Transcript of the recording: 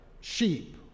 sheep